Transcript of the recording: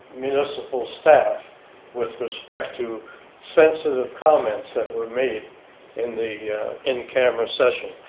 municipal staff with respect to sensitive comments that were made in the in camera session,